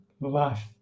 life